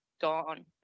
gone